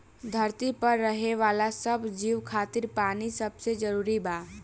धरती पर रहे वाला सब जीव खातिर पानी सबसे जरूरी बा